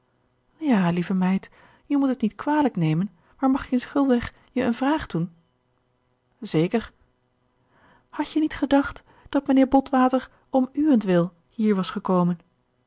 ja lieve meid je moet het niet kwalijk nemen maar mag ik eens gul weg je een vraag doen zeker hadt je niet gedacht dat mijnheer botwater om uwentwil hier was gekomen